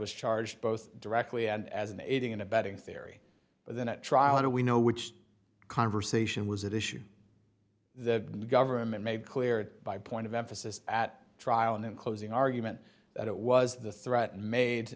was charged both directly and as an aiding and abetting theory but then at trial how do we know which conversation was at issue the government made clear by point of emphasis at trial and in closing argument that it was the threat made